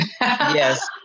Yes